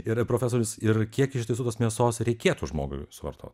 ir profesorius ir kiek iš tiesų tos mėsos reikėtų žmogui suvartot